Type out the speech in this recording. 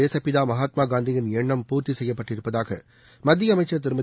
தேசப்பிதா மகாத்மா காந்தியின் எண்ணம் பூர்த்தி செய்யப்பட்டிருப்பதாக மத்திய அமைச்சர் திருமதி